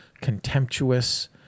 contemptuous